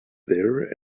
there